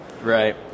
Right